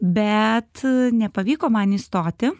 bet nepavyko man įstoti